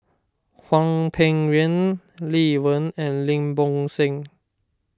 Hwang Peng Yuan Lee Wen and Lim Bo Seng